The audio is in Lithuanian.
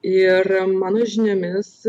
ir mano žiniomis